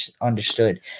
understood